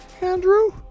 Andrew